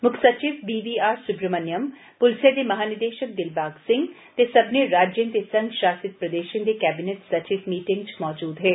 मुक्ख सचिव B V R Subrahmanyam पुलसै दे महानिदेशक दिलबाग सिंह ते सब्बने राज्यें ते संघ शासत प्रदेशं दे कैबिनेट सचिव मीटिंग च मजूद हे